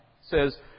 says